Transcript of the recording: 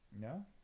no